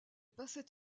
passait